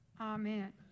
amen